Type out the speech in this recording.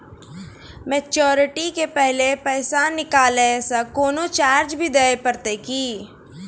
Maturity के पहले पैसा निकालै से कोनो चार्ज भी देत परतै की?